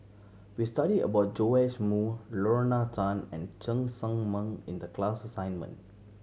we studied about Joash Moo Lorna Tan and Cheng Tsang Man in the class assignment